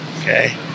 Okay